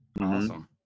Awesome